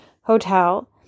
hotel